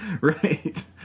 Right